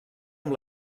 amb